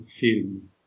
film